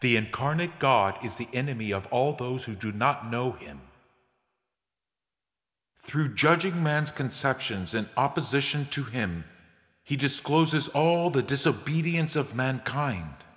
the incarnate god is the enemy of all those who do not know him through judging man's conceptions in opposition to him he discloses all the disobedience of mankind